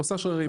עושה שרירים,